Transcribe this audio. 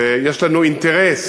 ויש לנו אינטרס